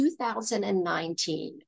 2019